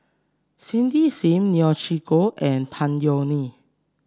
Cindy Sim Neo Chwee Kok and Tan Yeok Nee